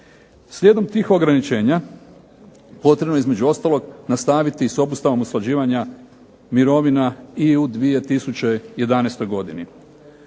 Slijedom tih ograničenja, potrebno je između ostalog nastaviti s obustavom usklađivanja mirovina i u 2011. godini.